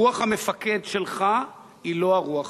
רוח המפקד שלך היא לא הרוח הזאת.